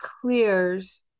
clears